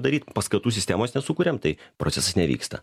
daryti paskatų sistemos nesukuriam tai procesas neįvyksta